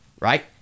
right